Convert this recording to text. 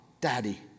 Daddy